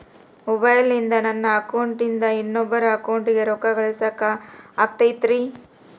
ಮೊಬೈಲಿಂದ ನನ್ನ ಅಕೌಂಟಿಂದ ಇನ್ನೊಬ್ಬರ ಅಕೌಂಟಿಗೆ ರೊಕ್ಕ ಕಳಸಾಕ ಆಗ್ತೈತ್ರಿ?